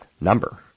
number